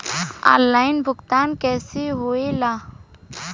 Online भुगतान कैसे होए ला?